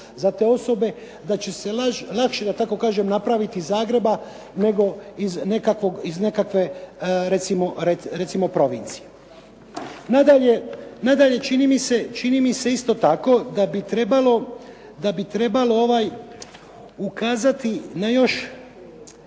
za te osobe da će se lakše da tako kažem napraviti iz Zagreba nego iz nekakve recimo provincije. Nadalje, čini mi se isto tako da bi trebalo ukazati na još